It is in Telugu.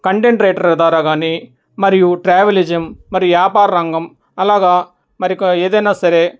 కంటెంట్ రైటర్ ద్వారా కానీ మరియు ట్రావెలిజమ్ మరి వ్యాపార రంగం అలాగా మరి కు ఏదైనా సరే